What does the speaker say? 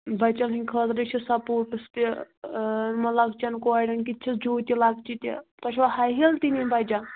بَچن ہٕنٛدۍ خٲطرٕ چھِ سَپوٹٕس تہِ یِمَن لۄکچَن کورٮ۪ن کِتھ چھِس جوٗتی لۄکچہِ تہِ تۄہہِ چھُوا ہاے ہیٖل تہِ نِنۍ بَچن